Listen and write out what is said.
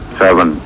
seven